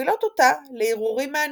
שמובילות אותה להרהורים מעניינים.